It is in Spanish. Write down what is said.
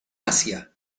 asia